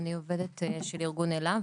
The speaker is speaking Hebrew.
עובדת של ארגון אלה.